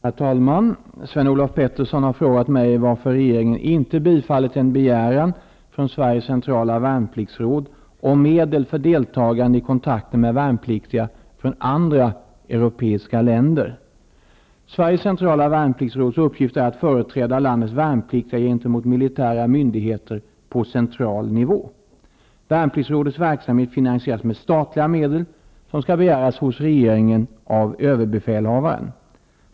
Herr talman! Sven-Olof Petersson har frågat mig varför regeringen inte bi fallit en begäran från Sveriges Centrala Värnpliktsråd om medel för delta gande i kontakter med värnpliktiga från andra europeiska länder. Sveriges Centrala Värnpliktsråds uppgift är att företräda landets värnplik tiga gentemot militära myndigheter på central nivå. Värnpliktsrådets verk samhet finansieras med statliga medel som skall begäras hos regeringen av Överbefälhavaren.